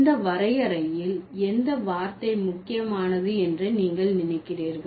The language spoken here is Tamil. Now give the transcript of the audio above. இந்த வரையறையில் எந்த வார்த்தை முக்கியமானது என்று நீங்கள் நினைக்கிறீர்கள்